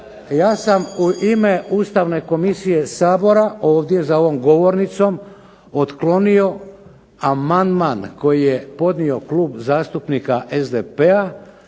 Ja sam u ime ustavne komisije Sabora ovdje za ovom govornicom otklonio amandman koji je podnio Klub zastupnika SDP-a